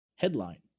headline